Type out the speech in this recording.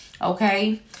okay